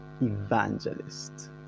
evangelist